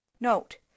Note